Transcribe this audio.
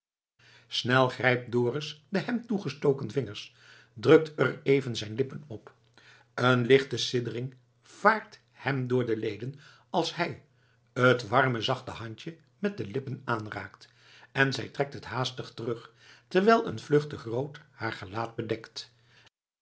snel grijpt dorus de hem toegestoken vingers en drukt er even zijn lippen op een lichte siddering vaart hem door de leden als hij t warme zachte handje met zijn lippen aanraakt en zij trekt het haastig terug terwijl een vluchtig rood haar gelaat bedekt